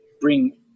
bring